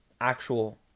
actual